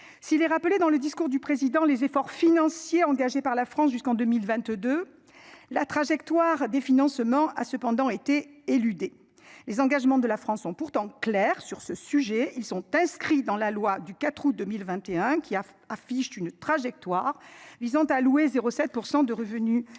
Si les rappeler dans le discours du président, les efforts financiers engagés par la France jusqu'en 2022, la trajectoire des financements a cependant été éludé les engagements de la France sont pourtant clairs sur ce sujet ils sont inscrits dans la loi du 4 août 2021 qui a affiche une trajectoire visant à louer 07% de revenu national